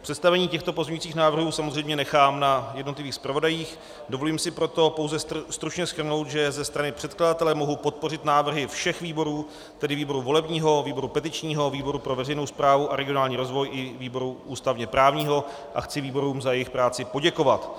Představení těchto pozměňovacích návrhů samozřejmě nechám na jednotlivých zpravodajích, dovolím si proto pouze stručně shrnout, že ze strany předkladatele mohu podpořit návrhy všech výborů, tedy výboru volebního, výboru petičního, výboru pro veřejnou správu a regionální rozvoj i výboru ústavněprávního, a chci výborům za jejich práci poděkovat.